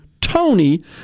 Tony